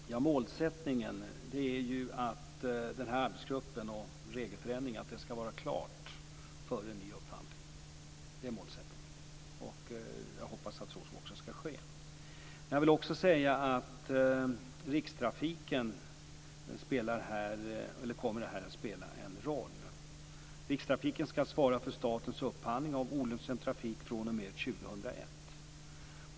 Fru talman! Målsättningen är att arbetsgruppen när det gäller regelförändringen skall vara klar före en ny upphandling. Det är målsättningen, och jag hoppas att så också skall ske. Rikstrafiken kommer också att spela en roll i det här avseendet. Rikstrafiken skall svara för statens upphandling av olönsam trafik fr.o.m. 2001.